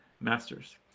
masters